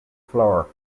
floor